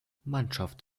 mannschaft